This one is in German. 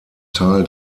tal